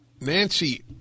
Nancy